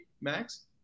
max